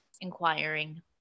inquiring